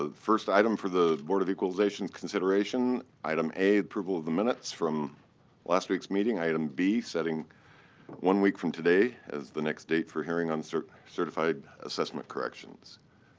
ah first item for the board of equalization's consideration, item a, approval of the minutes from last week's meeting. item b, setting one week from today as the next date for hearing on sort of certified assessment corrections.